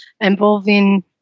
involving